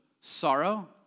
sorrow